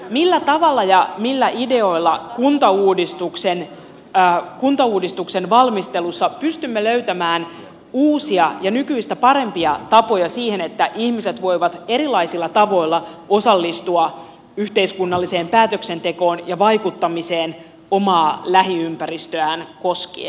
millä tavalla ja millä ideoilla kuntauudistuksen valmistelussa pystymme löytämään uusia ja nykyistä parempia tapoja siihen että ihmiset voivat erilaisilla tavoilla osallistua yhteiskunnalliseen päätöksentekoon ja vaikuttamiseen omaa lähiympäristöään koskien